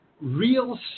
real